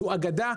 זו אגדה,